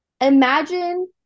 imagine